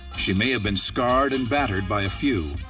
she may have been scarred and battered by a few,